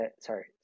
sorry